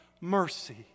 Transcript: mercy